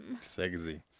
sexy